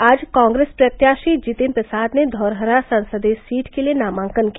आज कॉप्रेस प्रत्याशी जितिन प्रसाद ने धौरहरा संसदीय सीट के लिये नामांकन किया